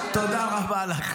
תודה רבה לך.